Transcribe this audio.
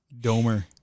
Domer